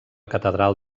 catedral